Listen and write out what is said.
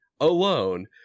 alone